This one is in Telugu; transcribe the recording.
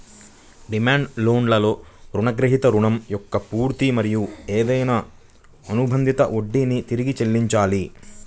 డిమాండ్ లోన్లో రుణగ్రహీత రుణం యొక్క పూర్తి మరియు ఏదైనా అనుబంధిత వడ్డీని తిరిగి చెల్లించాలి